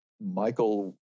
Michael